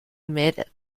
meet